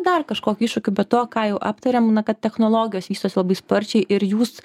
dar kažkokį iššūkį bet to ką jau aptarėm būna kad technologijos vystosi labai sparčiai ir jūs